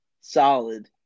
solid